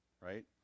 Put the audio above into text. right